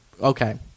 Okay